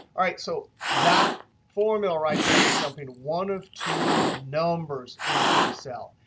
all right, so that formula right there is dumping one of two numbers into the cell.